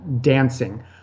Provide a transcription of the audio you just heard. dancing